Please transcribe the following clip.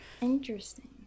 Interesting